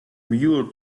mule